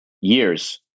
years